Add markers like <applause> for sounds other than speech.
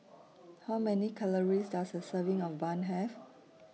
<noise> How Many Calories Does A Serving of Bun Have